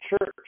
church